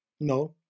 No